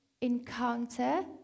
encounter